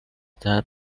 third